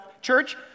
church